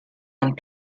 one